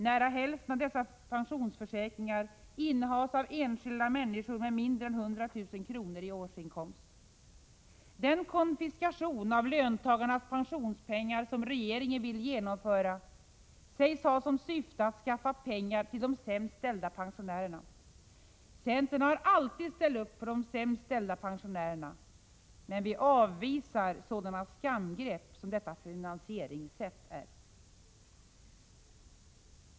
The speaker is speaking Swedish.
Nära hälften av dessa pensionsförsäkringar innehas av enskilda människor med mindre än 100 000 kr. i årsinkomst. Den konfiskation av löntagarnas pensionspengar som regeringen vill genomföra sägs ha som syfte att skaffa pengar till ”de sämst ställda pensionärerna”. Centern har alltid ställt upp för de sämst ställda pensionärerna, men vi avvisar sådana skamgrepp som detta finansieringssätt.